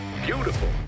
beautiful